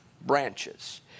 branches